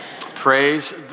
Praise